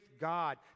God